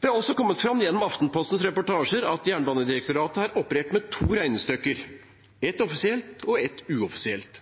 Det har også kommet fram, gjennom Aftenpostens reportasjer, at Jernbanedirektoratet har operert med to regnestykker – et offisielt og et uoffisielt.